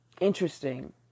interesting